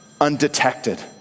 undetected